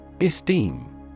Esteem